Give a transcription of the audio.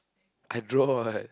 I draw what